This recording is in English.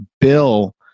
Bill